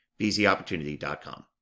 bzopportunity.com